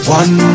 one